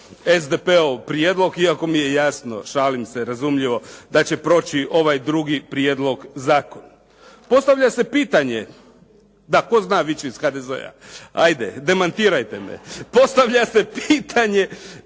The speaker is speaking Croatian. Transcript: SDP-ov prijedlog iako mi je jasno, šalim se, razumljivo da će proći ovaj drugi prijedlog zakon. Postavlja se pitanje, da tko zna, viču iz HDZ-a, ajde, demantirajte me, postavlja se pitanje